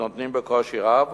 נותנים בקושי רב,